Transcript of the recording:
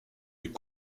est